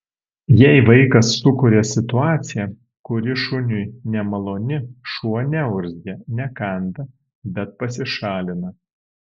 jei vaikas sukuria situaciją kuri šuniui nemaloni šuo neurzgia nekanda bet pasišalina